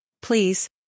Please